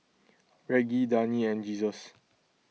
Reggie Dani and Jesus